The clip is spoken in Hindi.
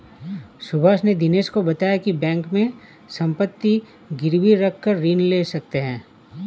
सुभाष ने दिनेश को बताया की बैंक में संपत्ति गिरवी रखकर ऋण ले सकते हैं